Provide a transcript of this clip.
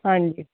ਹਾਂਜੀ